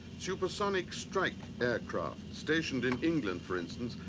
supersonic strike aircraft, stationed in england for instance,